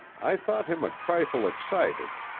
i thought him a trifle excited,